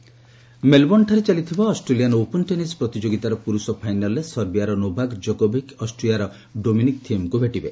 Australia open ମେଲ୍ବୋର୍ଣ୍ଣଠାରେ ଚାଲିଥିବା Australian open tennis ପ୍ରତିଯୋଗିତାର ପୁରୁଷ ଫାଇନାଲ୍ରେ ସର୍ବିଆର ନୋଭାକ୍ ଜୋକୋଭିକ୍ ଅଷ୍ଟ୍ରିଆର ଡୋମିନିକ୍ ଥିଏମ୍ଙ୍କୁ ଭେଟିବେ